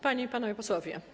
Panie i Panowie Posłowie!